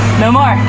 no more.